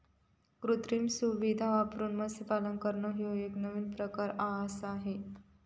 कृत्रिम सुविधां वापरून मत्स्यपालन करना ह्यो एक नवीन प्रकार आआसा हे